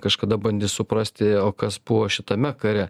kažkada bandys suprasti o kas buvo šitame kare